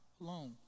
Alone